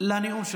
לנאום שלך.